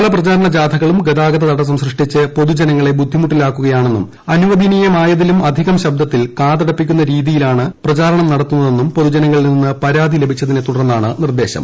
പല പ്രചാരണ ജാഥകളും ഗതാഗത തടസ്സം സൃഷ്ടിച്ച് പൊതുജനങ്ങളെ ബുദ്ധിമുട്ടിക്കുകയാണെന്നും അനുവദനീയമായതിലും അധികം ശബ്ദത്തിൽ കാതടപ്പിക്കുന്ന രീതിയിലാണ് പല വാഹനങ്ങളിലും പ്രചാരണം നടത്തുന്നതെന്നും പൊതുജനങ്ങളിൽ നിന്ന് പരാതി ലഭിച്ചതിനെത്തുടർന്നാണ് നിർദേശം